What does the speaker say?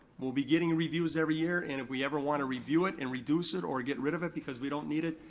we'll be getting reviews every year, and if we ever wanna review it and reduce it or get rid of it because we don't need it,